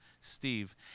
Steve